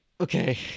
Okay